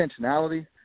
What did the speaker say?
intentionality